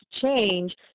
change